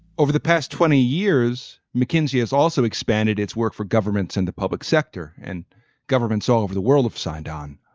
over the past twenty years, mckinsey has also expanded its work for governments and the public sector and governments all over the world have signed on.